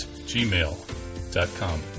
gmail.com